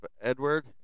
Edward